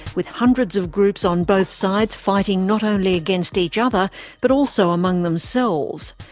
with hundreds of groups on both sides fighting not only against each other but also among themselves.